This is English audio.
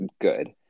good